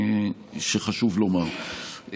שחשוב לומר,